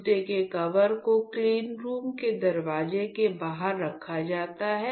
जूते के कवर को क्लीन रूम के दरवाजे के बाहर रखा जाता है